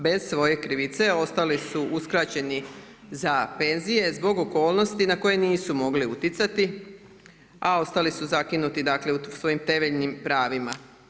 Bez svoje krivice ostali su uskraćeni za penzije zbog okolnosti na koje nisu mogli utjecati a ostali su zakinuti u svojim temeljnim pravima.